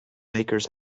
bakers